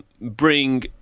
bring